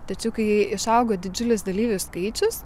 tačiau kai išaugo didžiulis dalyvių skaičius